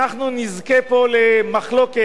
אנחנו נזכה פה למחלוקת